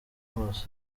hose